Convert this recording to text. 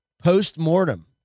post-mortem